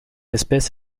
espèce